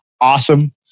Awesome